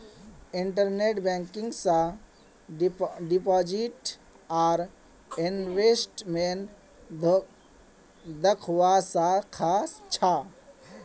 internet banking स deposit आर investment दख्वा स ख छ